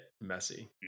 messy